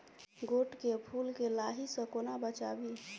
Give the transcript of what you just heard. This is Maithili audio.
गोट केँ फुल केँ लाही सऽ कोना बचाबी?